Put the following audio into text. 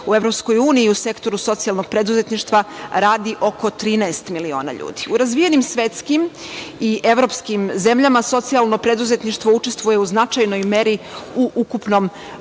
U EU u Sektoru socijalnog preduzetništva radi oko 13 miliona ljudi.U razvijenim svetskim i evropskim zemljama socijalno preduzetništvo učestvuje u značajnoj meri u ukupnom bruto